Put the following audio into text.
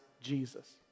Jesus